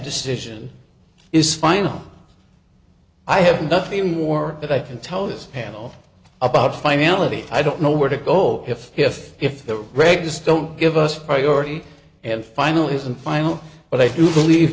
decision is final i have nothing more that i can tell this panel about finality i don't know where to go if if if the regs don't give us priority and final isn't final but i do believe